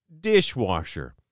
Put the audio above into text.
Dishwasher